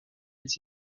les